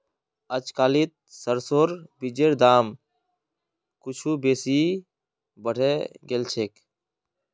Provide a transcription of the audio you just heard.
अजकालित सरसोर बीजेर दाम कुछू बेसी बढ़े गेल छेक